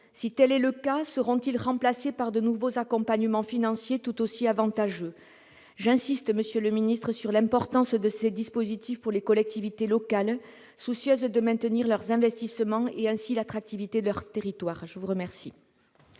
Si tel est le cas, seront-ils remplacés par de nouveaux accompagnements financiers tout aussi avantageux ? J'insiste encore, monsieur le secrétaire d'État, sur l'importance de ces dispositifs pour les collectivités, soucieuses de maintenir leurs investissements et, partant, l'attractivité de leur territoire. La parole